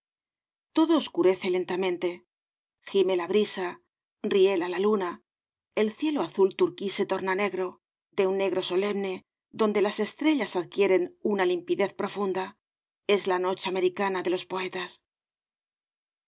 todo oscurece lentamente gime la brisa riela la luna el cielo azul turquí se torna negro de un negro solemne donde las estrellas adquieren una limpidez profunda es la noche americana de los poetas